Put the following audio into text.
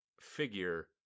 figure